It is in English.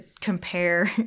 compare